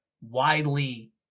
widely